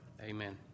Amen